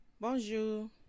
Bonjour